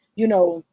you know.